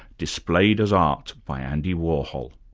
displayed as art by andy warhol.